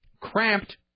cramped